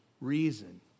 reason